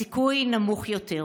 הסיכוי נמוך יותר.